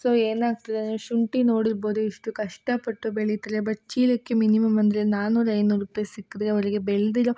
so ಏನಾಗ್ತಿದೆ ಅಂದರೆ ಶುಂಠಿ ನೋಡಿರ್ಬೋದು ಎಷ್ಟು ಕಷ್ಟಪಟ್ಟು ಬೆಳಿತಾರೆ ಬಟ್ ಚೀಲಕ್ಕೆ ಮಿನಿಮಮ್ ಅಂದರೆ ನಾನೂರು ಐನೂರು ರೂಪಾಯಿ ಸಿಕ್ಕಿದ್ರೆ ಅವರಿಗೆ ಬೆಳೆದಿರೋ